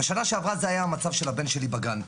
בשנה שעברה זה היה המצב של הבן שלי בגן,